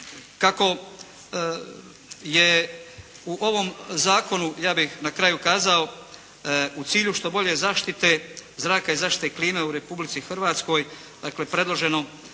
kako je u ovom zakonu ja bih na kraju kazao u cilju što bolje zaštite zraka i zaštite klime u Republici Hrvatskoj, dakle predloženo